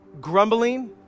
grumbling